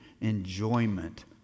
enjoyment